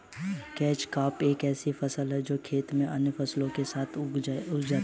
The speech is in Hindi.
कैच क्रॉप एक ऐसी फसल है जो खेत में अन्य फसलों के साथ उगाई जाती है